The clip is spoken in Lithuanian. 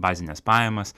bazines pajamas